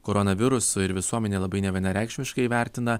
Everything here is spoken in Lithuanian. koronavirusu ir visuomenė labai nevienareikšmiškai vertina